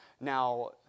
Now